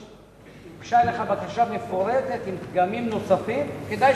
הוגשה לך בקשה מפורטת עם פגמים נוספים, וכדאי,